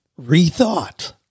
rethought